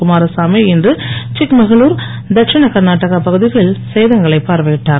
குமாரசாமி இன்று சிக்மகளூர் தட்சிண கர்நாடகா பகுதிகளில் சேதங்களைப் பார்வையிட்டார்